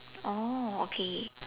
oh okay